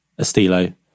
Estilo